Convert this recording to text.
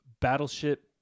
Battleship